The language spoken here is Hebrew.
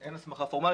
אין הסמכה פורמלית.